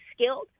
skilled